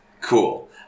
cool